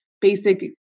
basic